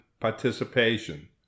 participation